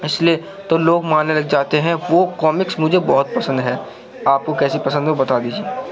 اس لئے تو لوگ ماننے لگ جاتے ہیں وہ کومکس مجھے بہت پسند ہے آپ کو کیسی پسند ہے وہ بتا دیجیے